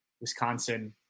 Wisconsin